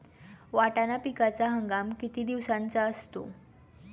वाटाणा पिकाचा हंगाम किती दिवसांचा असतो?